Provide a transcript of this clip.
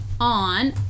on